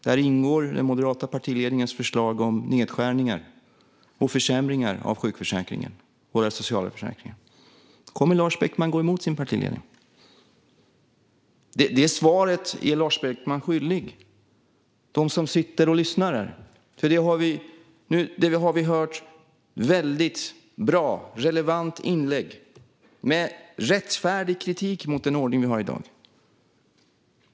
Där ingår den moderata partiledningens förslag om nedskärningar och försämringar av sjukförsäkringen och våra andra sociala försäkringar. Kommer Lars Beckman att gå emot sin partiledning? Det svaret är Lars Beckman skyldig dem som sitter här och lyssnar. Vi har hört ett bra, relevant inlägg, med rättfärdig kritik mot den ordning vi har i dag.